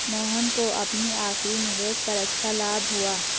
मोहन को अपनी आखिरी निवेश पर अच्छा लाभ हुआ